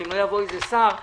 אם לא יבוא איזה שר ויגיד: